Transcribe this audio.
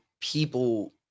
people